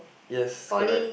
yes correct